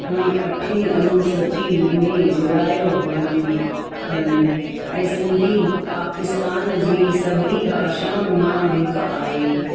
ह अठीं अनुसूचीअ में जोड़ायो हुअनि हुअनि ऐं सिंधी पाकिस्तान जी सभिनी भाषाऊं मां हिकु आहे